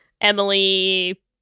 Emily